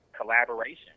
collaboration